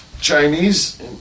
Chinese